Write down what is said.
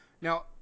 now